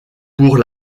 pour